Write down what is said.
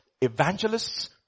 evangelists